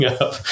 up